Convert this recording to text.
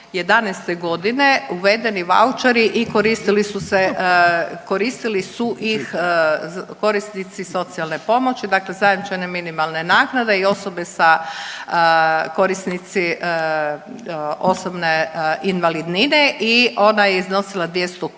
2011. godine uvedeni vaučeri i koristili su ih korisnici socijalne pomoći, dakle zajamčene minimalne naknade i osobe korisnici osobne invalidnine i ona je iznosila 200 kuna